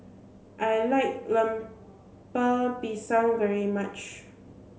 I like Lemper Pisang very much